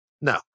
No